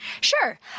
Sure